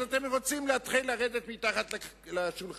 אז אתם רוצים להתחיל לרדת מתחת לשולחן.